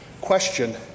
question